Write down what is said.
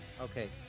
Okay